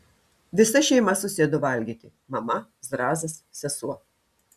visa šeima susėdo valgyti mama zrazas sesuo